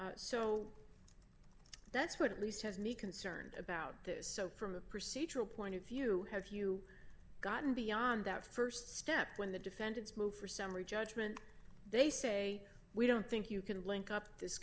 so that's what at least has me concerned about this so from a procedural point of view have you gotten beyond that st step when the defendants move for summary judgment they say we don't think you can link up this